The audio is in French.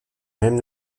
même